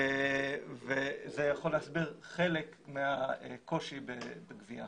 זה יכול להסביר חלק מהקושי בגבייה.